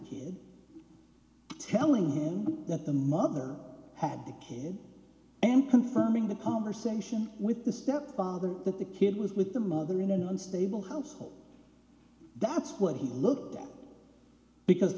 here telling him that the mother had the kid and confirming the conversation with the stepfather that the kid was with the mother in an unstable household that's what he looked at because